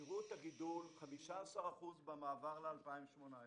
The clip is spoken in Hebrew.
תראו את הגידול: 15% במעבר ל-2018,